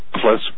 plus